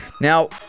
Now